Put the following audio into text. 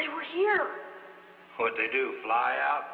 they were here but they do fly out